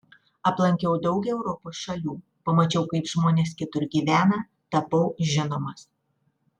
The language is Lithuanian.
aplankiau daug europos šalių pamačiau kaip žmonės kitur gyvena tapau žinomas